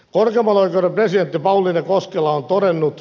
korkeimman oikeuden presidentti pauliine koskelo on todennut